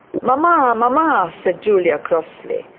mamma, mamma said julia, crossly.